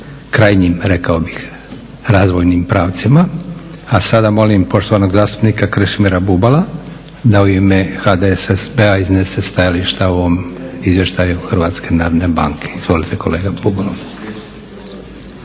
krajnjim rekao bih razvojnim pravcima. A sada molim poštovanog zastupnika Krešimira Bubala da u ime HDSSB-a iznese stajališta o ovom Izvještaju Hrvatske narodne banke. Izvolite kolega Bubalo.